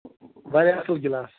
وارِیاہ اَصٕل گِلاس